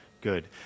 good